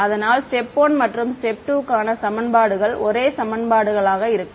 அதனால் ஸ்டேப் 1 மற்றும் ஸ்டேப் 2 க்கான சமன்பாடுகள் ஒரே சமன்பாடுகளாக இருக்கும்